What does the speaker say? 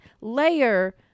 layer